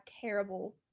terrible